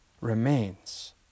remains